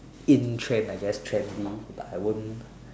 in trend I guess trendy but I won't